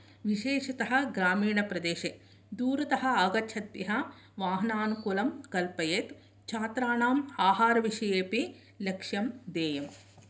विशेषतः ग्रामीणप्रदेशे दूरतः आगच्छद्भ्यः वाहनानुकूलं कल्पयेत् छात्राणाम् आहारविषयेऽपि लक्ष्यं देयम्